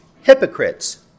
hypocrites